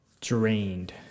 drained